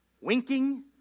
Winking